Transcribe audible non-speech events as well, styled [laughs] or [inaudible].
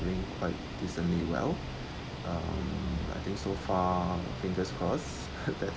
doing quite recently well um I think so far fingers crossed [laughs] that